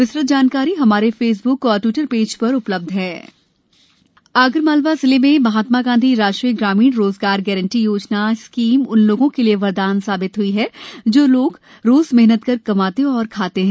विस्तृत जानकारी हमारे फेसब्क और ट्विटर पेज पर उपलब्ध है मनरेगा आगर मालवा आगरमालवा जिले में महात्मा गाँधी राष्ट्रीय ग्रामीण रोजगार गारंटी योजना स्कीम उन लोगों के लिये वरदान साबित हई है जो रोज मेहनत कर कमाते और खाते हैं